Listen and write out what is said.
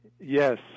Yes